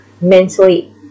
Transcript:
mentally